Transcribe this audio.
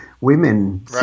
women